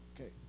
Okay